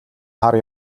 хар